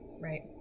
right